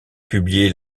publié